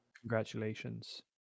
Congratulations